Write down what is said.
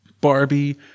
Barbie